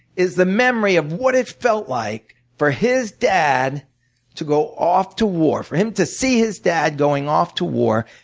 is the memory of what it felt like for his dad to go off to war, for him to see his dad going off to war.